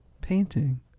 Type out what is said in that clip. painting